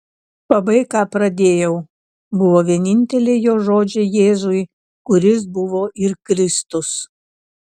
pabaik ką pradėjau buvo vieninteliai jo žodžiai jėzui kuris buvo ir kristus